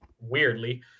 weirdly